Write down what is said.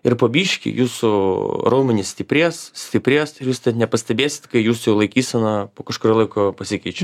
ir po biškį jūsų raumenys stiprės stiprės ir jūs nepastebėsit kai jūsų laikysena po kažkurio laiko pasikeičia